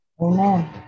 Amen